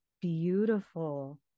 beautiful